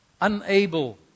unable